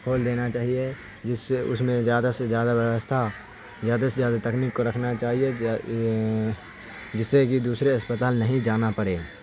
کھول دینا چاہیے جس سے اس میں زیادہ سے زیادہ ویوستھا جادہ سے زیادہ تکنیک کو رکھنا چاہیے جس سے کہ دوسرے اسپتال نہیں جانا پڑے